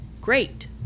Great